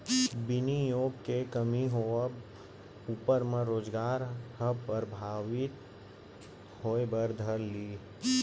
बिनियोग के कमी होवब ऊपर म रोजगार ह परभाबित होय बर धर लिही